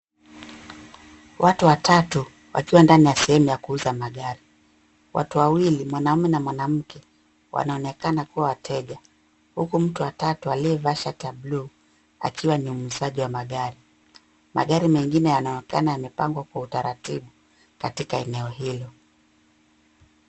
Watu watatu wakiwa ndani ya sehemu ya kuuza magari. Watu wawili, mwanamume na mwanamke wanaonekana kuwa wateja huku mtu wa tatu aliyevaa shati ya buluu akiwa ni muuzaji wa magari. Magari mengine yanaonekana yamepangwa kwa utaratibu katika eneo hilo.